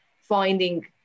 finding